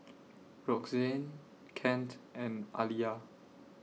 Roxanne Kent and Aliya